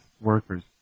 workers